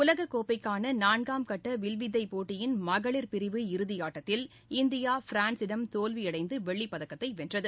உலக கோப்பைக்கான நான்காம் கட்ட வில்வித்தைப் போட்டியின் மகளிர் பிரிவு இறுதி ஆட்டத்தில் இந்தியா பிரான்ஸிடம் தோல்வியடைந்து வெள்ளிப்பதக்கத்தை வென்றது